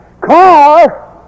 car